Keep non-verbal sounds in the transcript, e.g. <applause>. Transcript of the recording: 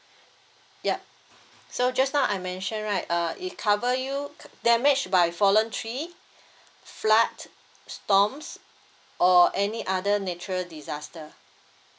yup so just now I mention right uh it cover you damage <noise> by fallen tree flood storms or any other natural disaster